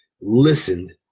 listened